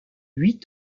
huit